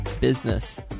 business